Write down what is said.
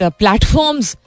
platforms